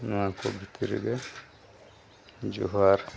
ᱱᱚᱣᱟ ᱠᱚ ᱵᱷᱤᱛᱛᱨᱤ ᱨᱮ ᱡᱚᱦᱟᱨ